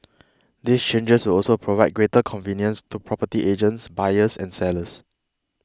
these changes will also provide greater convenience to property agents buyers and sellers